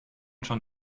schon